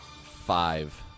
five